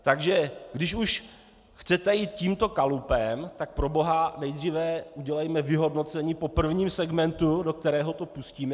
Takže když už chcete jít tímto kalupem, tak proboha nejdříve udělejme vyhodnocení po prvním segmentu, do kterého to pustíme.